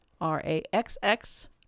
r-a-x-x